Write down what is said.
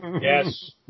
Yes